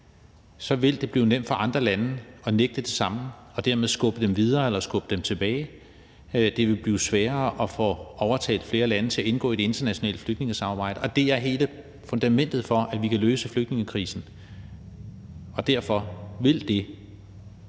vil det blive nemt for andre lande at nægte det samme og dermed skubbe dem videre eller skubbe dem tilbage. Det vil blive sværere at få overtalt flere lande til at indgå i det internationale flygtningesamarbejde, og det er hele fundamentet for, at vi kan løse flygtningekrisen. Derfor vil det